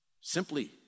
Simply